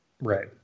Right